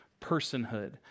personhood